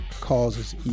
causes